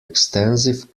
extensive